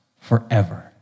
forever